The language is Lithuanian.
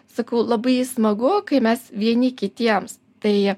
sakau labai smagu kai mes vieni kitiem tai